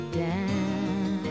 down